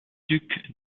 duc